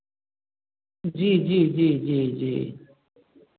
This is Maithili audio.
जी जी जी जी जी